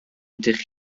ydych